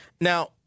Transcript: Now